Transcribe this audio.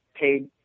paid